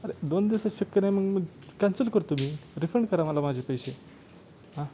अरे दोन दिवसात शक्य नाही मग कॅन्सल करतो मी रिफंड करा मला माझे पैसे हां